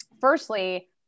firstly